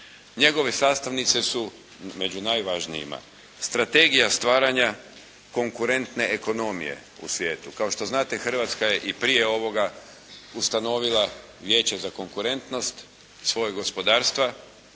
Njegove sastavnice su među najvažnijima, strategija stvaranja konkurentne ekonomije u svijetu. Kao što znate Hrvatska je i prije ovoga ustanovila Vijeće za konkurentnost svojeg gospodarstva,